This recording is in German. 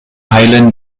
heilen